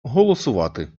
голосувати